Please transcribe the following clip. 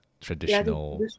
traditional